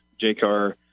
JCAR